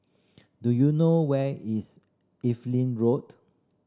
do you know where is Evelyn Road